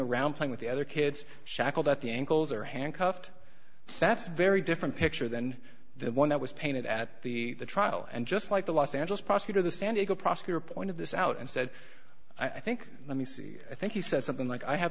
around playing with the other kids shackled at the ankles or handcuffed that's very different picture than the one that was painted at the trial and just like the los angeles prosecutor the stand a good prosecutor point of this out and said i think let me see i think he said something like i have